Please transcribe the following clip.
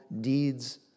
deeds